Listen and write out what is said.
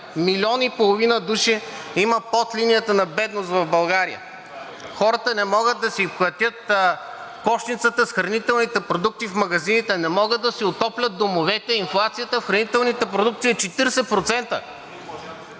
Милион и половина души има под линията на бедност в България?! Хората не могат да си платят кошницата с хранителните продукти в магазините, не могат да си отоплят домовете. Инфлацията в хранителните продукти е 40%